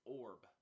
orb